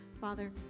Father